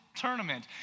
tournament